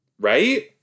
Right